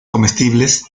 comestibles